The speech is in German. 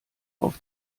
auf